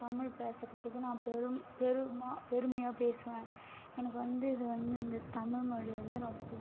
தமிழ் பேசறத்துக்கு நான் பெரும் பெருமா பெருமையாக பேசுவேன் எனக்கு வந்து இது வந்து இந்த தமிழ்மொழி வந்து ரொம்ப